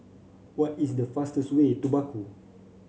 what is the fastest way to Baku